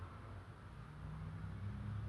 ya it's it's very technical